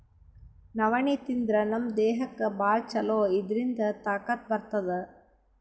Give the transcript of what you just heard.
ನವಣಿ ತಿಂದ್ರ್ ನಮ್ ದೇಹಕ್ಕ್ ಭಾಳ್ ಛಲೋ ಇದ್ರಿಂದ್ ತಾಕತ್ ಬರ್ತದ್